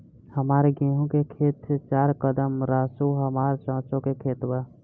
हमार गेहू के खेत से चार कदम रासु हमार सरसों के खेत बा